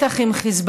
מתח עם חיזבאללה,